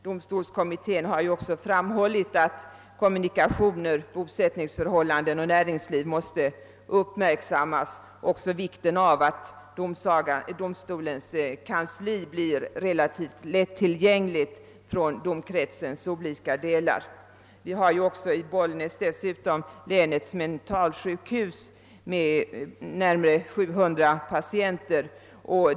Domstolskommittén har också framhållit att kommunikationer, bosättningsförhållanden och näringsliv måste uppmärksammas liksom vikten av att domstolens kansli blir relativt lättillgängligt från domkretsens olika delar. I Bollnäs ligger dessutom länets mentalsjukhus med närmare 700 patientplatser.